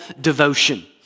devotion